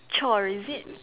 chore is it